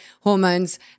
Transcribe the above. hormones